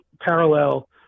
parallel